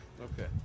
Okay